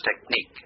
technique